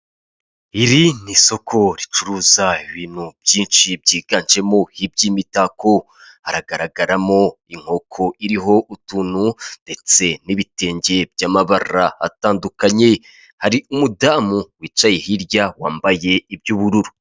Iri ni isoko ricuruza ibintu byinshi byiganjemo iby'imitako, hagaragaramo inkoko iriho utuntu, ndetse n'ibitenge by'amabara atandukanye, hari umudamu wicaye hirya wambaye iby'ubururu.